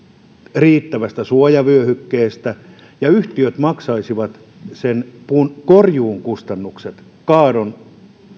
riittävästä suojavyöhykkeestä ja yhtiöt maksaisivat puunkorjuun kustannukset kaadon